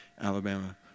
Alabama